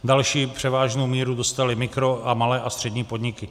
Další převážnou míru dostaly mikro a malé a střední podniky.